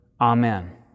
Amen